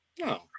No